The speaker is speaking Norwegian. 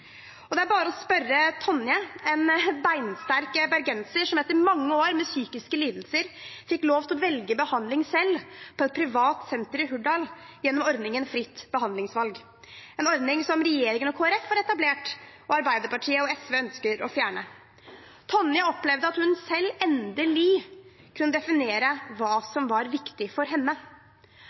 Det er bare å spørre Tonje, en «beinsterk» bergenser som etter mange år med psykiske lidelser selv fikk lov til å velge behandling på et privat senter i Hurdal gjennom ordningen Fritt behandlingsvalg, en ordning som regjeringen og Kristelig Folkeparti har etablert, og som Arbeiderpartiet og SV ønsker å fjerne. Tonje opplevde at hun selv endelig kunne definere hva som var viktig for